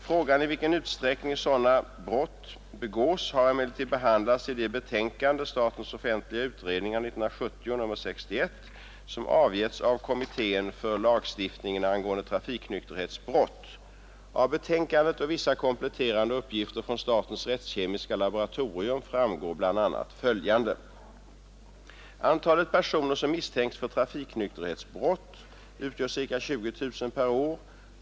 Frågan i vilken utsträckning sådana brott begås har emellertid behandlats i det betänkande som avgetts av kommittén för lagstiftningen angående trafiknykterhetsbrott. Av betänkandet och vissa kompletterande uppgifter från statens rättskemiska laboratorium framgår bl.a. följande. Antalet personer som misstänks för trafiknykterhetsbrott utgör ca 20 000 per år.